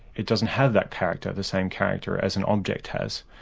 it doesn't have that character, the same character as an object has.